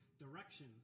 direction